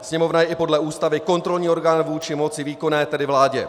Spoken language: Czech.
Sněmovna je i podle Ústavy kontrolní orgán vůči moci výkonné, tedy vládě.